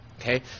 Okay